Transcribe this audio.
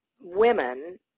women